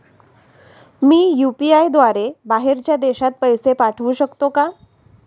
मी UPI द्वारे बाहेरच्या देशात पैसे पाठवू शकतो का?